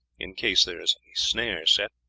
in case there is any snare set,